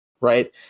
right